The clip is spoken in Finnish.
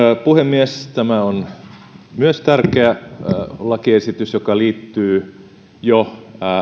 puhemies myös tämä on tärkeä lakiesitys joka liittyy jo